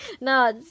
No